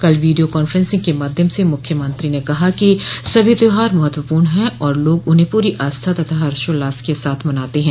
कल video conferencing के माध्यम से मुख्यमत्री ने कहा कि सभी त्यौहार महत्वपूर्ण है और लोग उन्हें पूरी आस्था तथा हर्षोल्लास के साथ मनाते हैं